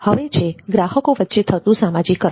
હવે છે ગ્રાહકો વચ્ચે થતું સામાજીકરણ